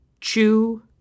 chew